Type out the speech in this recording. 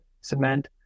cement